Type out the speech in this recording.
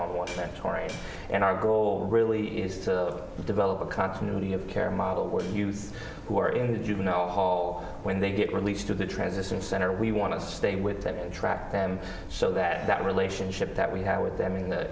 tori and our goal really is to develop a continuity of care model where youths who are in the juvenile hall when they get released to the transition center we want to stay with them and track them so that that relationship that we have with them in the